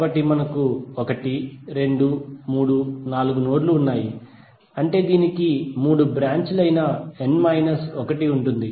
కాబట్టి మనకు 1234 నోడ్లు ఉన్నాయి అంటే దీనికి మూడు బ్రాంచ్ లు అయిన n మైనస్ ఒకటి ఉంటుంది